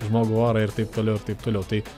žmogų vorą ir taip toliau ir taip toliau tai